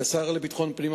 כשר לביטחון פנים,